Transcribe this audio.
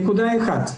נקודה אחת,